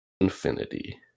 infinity